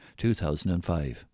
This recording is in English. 2005